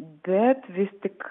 bet vis tik